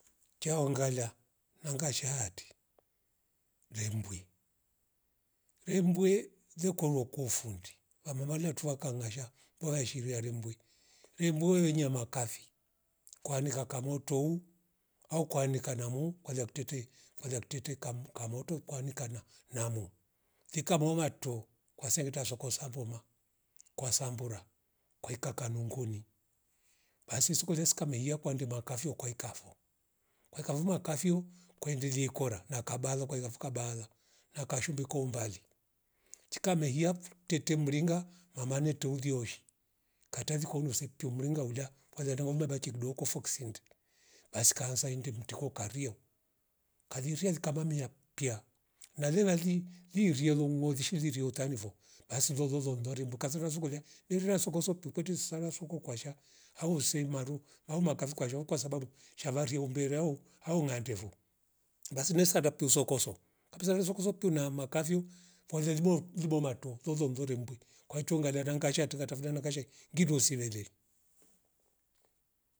Chao ngala nangasha hati rembwi rembwe le kwalua kuo ufundi wamemalia tuwa kangasha vwa sheria rembwi rembwe venyia makafi kwanika kakamotu au kwanika na muu kwalia kitete kwalia kitete kam- kamoto kuanika na- namo fika moma to kwaseleta soko savoma kwasambura kwaika kanungili basi sikole sika mehia kwandi makafyo kwaikafo, kwaikavuma kafio kwendelie ikora na kabalo kwailafu kabala na kashumbi kwa umbali chika mehia fyukutete mringa mamane teulioshe katavi kuro usepio mringa ula kwazatamla bachi kidoko foksinde basi kaanza indum mtiko kariu. Karizia zikama mia pia nale nali liria luonge sizishiri vio tamivo basi zolozolo ndo rimbuka zefazikulia iri rasokoso pupweti sana soko kwasha usemaru au makavu kwasho kwasabau shava liumbera u au nkandevo basi nesa gaptu sokoso kapisa nzokuzoku kiu namakavyu kwazia libolu jibomatu lolo mzolo rembwi kwaicho ngala ranka shia atingatafuta kashe ngivo siwele